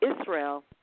Israel